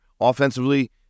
Offensively